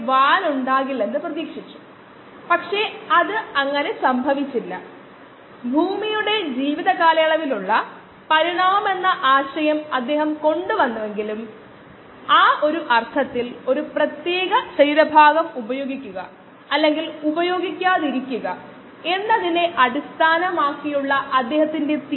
A decimal reduction സമയം നിർണ്ണയിക്കുക b അതേ വ്യവസ്ഥകളിൽ പ്രവർത്തനക്ഷമമായ കോശങ്ങളുടെ സാന്ദ്രത അതിന്റെ യഥാർത്ഥ മൂല്യത്തിന്റെ 0